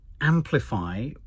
amplify